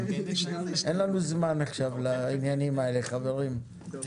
אין לנו זמן עכשיו לעניינים האלה, חברים.